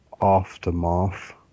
Aftermath